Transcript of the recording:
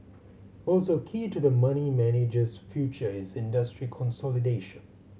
also key to the money manager's future is industry consolidation